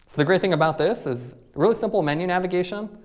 the great thing about this is really simple menu navigation.